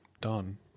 Done